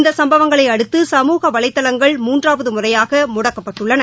இந்த சம்பவங்களை அடுத்து சமூக வலைதளங்கள் மூன்றாவது முறையாக முடக்கப்பட்டுள்ளன